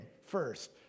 first